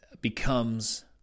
becomes